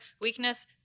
Weakness